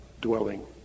dwelling